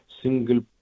single